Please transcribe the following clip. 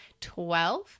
Twelve